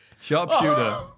sharpshooter